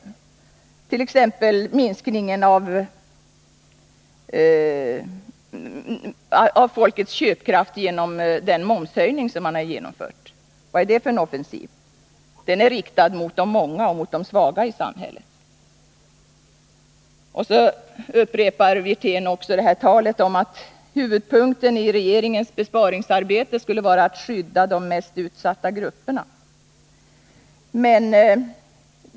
Ta t.ex. den minskning av folkets köpkraft genom momshöjningen som man genomfört! Det är en offensiv riktad mot de många och de svaga i samhället! Så upprepar Rolf Wirtén också talet om att huvudpunkten i regeringens besparingsarbete skulle vara att skydda de mest utsatta grupperna.